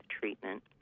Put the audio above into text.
treatment